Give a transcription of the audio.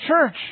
church